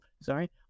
sorry